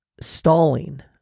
stalling